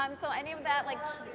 um so any of that like